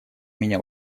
меня